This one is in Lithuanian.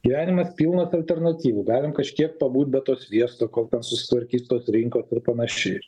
gyvenimas pilnas alternatyvų galim kažkiek pabūt be to sviesto kol ten susitvarkys tos rinkos ir panašiai